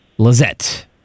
Lizette